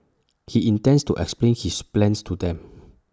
he intends to explain his plans to them